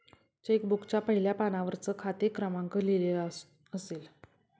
check बुकच्या पहिल्या पानावरच खाते क्रमांक लिहिलेला असेल